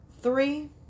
Three